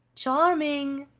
charming!